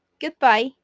Goodbye